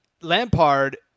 Lampard